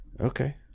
Okay